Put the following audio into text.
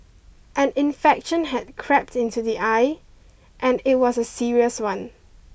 an infection had crept into the eye and it was a serious one